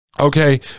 okay